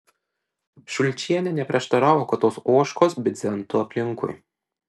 šulčienė neprieštaravo kad tos ožkos bidzentų aplinkui